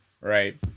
right